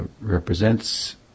represents